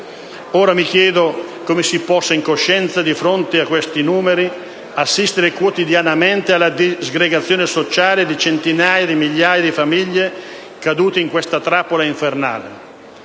Mi chiedo come si possa, in coscienza, di fronte a questi numeri, assistere quotidianamente alla disgregazione sociale di centinaia di migliaia di famiglie cadute in questa trappola infernale.